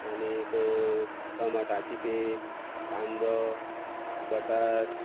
आनीक टमाटाची पीक कांदो बटाट